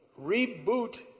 Reboot